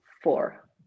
four